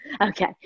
okay